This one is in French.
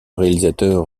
réalisateur